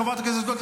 חברת הכנסת גוטליב,